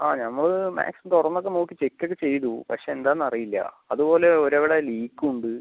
ആ ഞങ്ങള് മാക്സിമം തുറന്നൊക്കെ നോക്കി ചെക്ക് ഒക്കെ ചെയ്തു പക്ഷേ എന്താന്നു അറിയില്ല അതുപോലെ ഒരു അവിടെ ലീക്കും ഉണ്ട്